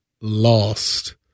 lost